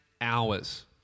hours